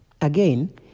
Again